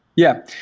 yeah.